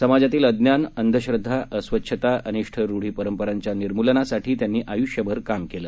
समाजातील अज्ञान अंधश्रद्धा अस्वच्छता अनिष्ठ रुढी परंपरांच्या निर्मुलनासाठी त्यांनी आयुष्यभर काम केलं